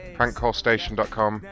PrankCallStation.com